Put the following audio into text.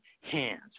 hands